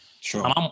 Sure